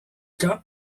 camp